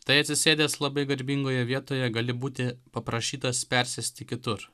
tai atsisėdęs labai garbingoje vietoje gali būti paprašytas persėsti kitur